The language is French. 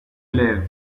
lève